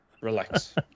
relax